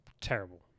Terrible